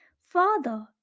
Father